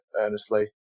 earnestly